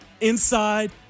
inside